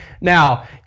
now